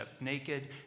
naked